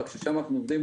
רק ששם אנחנו עובדים,